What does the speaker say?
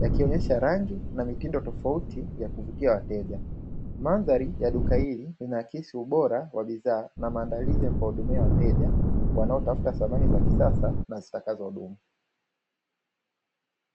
yakionyesha rangi na mitindo tofauti ya kuvutia wateja. Mandhari ya duka hili inaakisi ubora wa bidhaa na maandalizi ya kuwahudumia wateja wanaotafuta samani za kisasa na zitakazodumu.